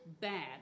bad